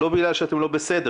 לא בגלל שאתם לא בסדר,